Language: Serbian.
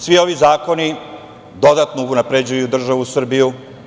Svi ovi zakoni dodatno unapređuju državu Srbiju.